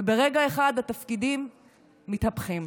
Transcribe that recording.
וברגע אחד התפקידים מתהפכים